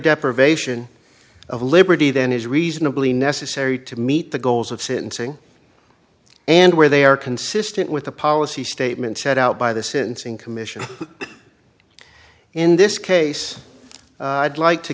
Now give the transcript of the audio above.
deprivation of liberty than is reasonably necessary to meet the goals of sentencing and where they are consistent with the policy statement set out by this insane commission in this case i'd like to